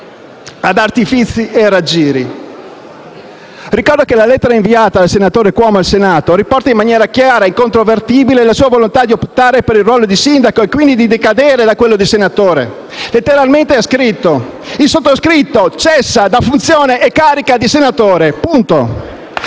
ad artifizi e raggiri. Ricordo che la lettera inviata dal senatore Cuomo al Senato riporta in maniera chiara e incontrovertibile la sua volontà di optare per il ruolo di sindaco e, quindi, di decadere da quello di senatore. Letteralmente egli ha scritto: «Il sottoscritto cessa da funzione e carica di senatore».